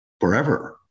Forever